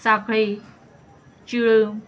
सांखळी चिळूं